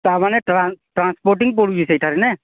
ତା ମାନେ ଟ୍ରାନ୍ସପୋର୍ଟିଂ ପଡ଼ୁନାଇଁ ସେଇଠାରେ ନା